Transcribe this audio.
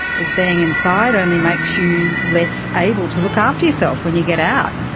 as being inside only makes you less able to look after yourself when you get out.